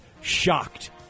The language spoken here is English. shocked